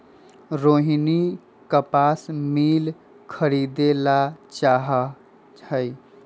रोहिनी कपास मिल खरीदे ला चाहा हई